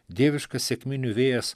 dieviškas sekminių vėjas